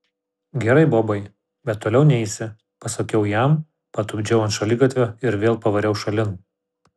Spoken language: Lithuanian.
gerai bobai bet toliau neisi pasakiau jam patupdžiau ant šaligatvio ir vėl pavariau šalin